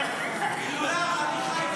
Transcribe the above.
הרב,